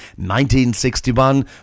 1961